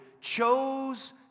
chose